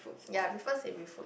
ya I prefer savory food